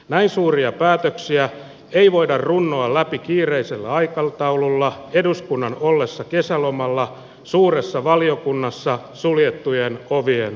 näin suuria päätöksiä ei voida runnoa läpi kiireisellä aikataululla eduskunnan ollessa kesälomalla suuressa valiokunnassa suljettujen ovien